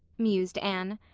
mused anne.